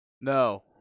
No